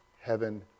Heaven